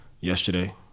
yesterday